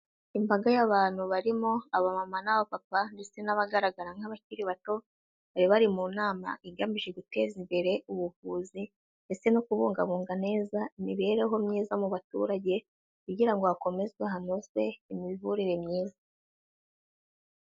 Imbaga y'abantu barimo aba mama n'aba papa ndetse n'abagaragara nk'abakiri bato, bari bari mu nama igamije guteza imbere ubuvuzi ndetse no kubungabunga neza imibereho myiza mu baturage, kugira ngo hakomezwe hanooze imivurire myiza.